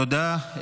תודה.